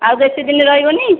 ଆଉ ବେଶୀ ଦିନ ରହିବନି